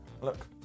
Look